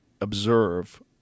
observe